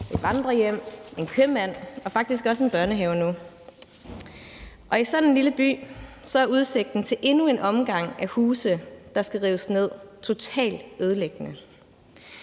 et vandrerhjem, en købmand og nu faktisk også en børnehave. Og i sådan en lille by er udsigten til endnu en omgang huse, der skal rives ned, totalt ødelæggende.